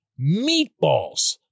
meatballs